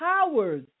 powers